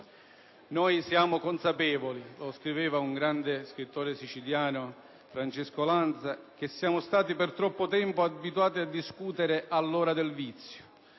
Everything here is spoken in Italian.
Noi siamo consapevoli - lo scriveva un grande scrittore siciliano, Francesco Lanza - che siamo stati per troppo tempo abituati a discutere «all'ora del vizio»,